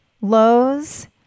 Lowe's